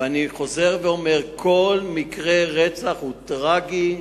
ואני חוזר ואומר: כל מקרה רצח הוא טרגי,